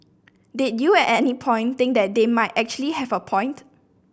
did you at any point think that they might actually have a point